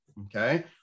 okay